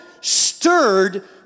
stirred